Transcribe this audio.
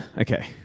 okay